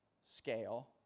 scale